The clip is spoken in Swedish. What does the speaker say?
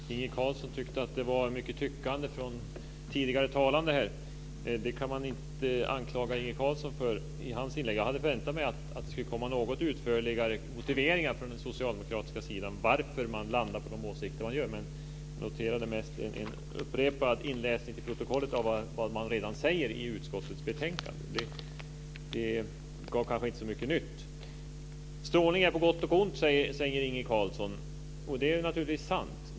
Fru talman! Inge Carlsson tyckte att det var mycket tyckande från tidigare talare. Det kan man inte anklaga Inge Carlsson för i hans inlägg. Jag hade väntat mig att det skulle komma något utförligare motiveringar från den socialdemokratiska sidan till varför man landar på de åsikter man har. Jag noterade mest en upprepad inläsning till protokollet av vad man redan säger i utskottets betänkande. Det gav kanske inte så mycket nytt. Strålning är på gott och ont, säger Inge Carlsson. Det är naturligtvis sant.